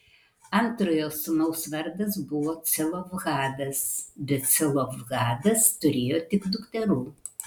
antrojo sūnaus vardas buvo celofhadas bet celofhadas turėjo tik dukterų